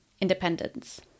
independence